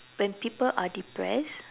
when people are depressed